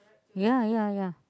ya ya ya